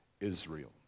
Israel